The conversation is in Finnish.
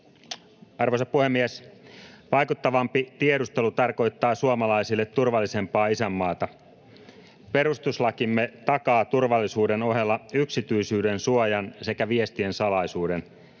Arvoisa puhemies! Vaikuttavampi tiedustelu tarkoittaa suomalaisille turvallisempaa isänmaata. Perustuslakimme takaa turvallisuuden ohella yksityisyydensuojan sekä vies-tien salaisuuden.